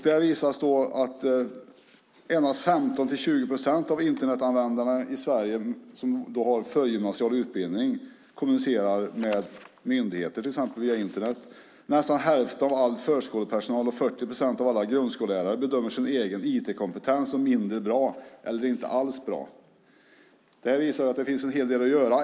Där visas att endast 15-20 procent av Internetanvändarna i Sverige som har förgymnasial utbildning kommunicerar till exempel med myndigheter via Internet. Nästan hälften av all förskolepersonal och 40 procent av alla grundskollärare bedömer sin egen IT-kompetens som mindre bra eller inte alls bra. Detta visar att det finns en del att göra.